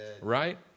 right